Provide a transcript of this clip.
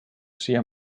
sia